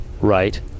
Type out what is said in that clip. Right